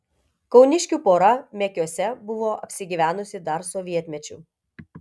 kauniškių pora mekiuose buvo apsigyvenusi dar sovietmečiu